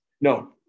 No